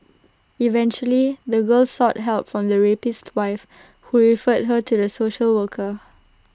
eventually the girl sought help from the rapist's wife who referred her to the social worker